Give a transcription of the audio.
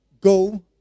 go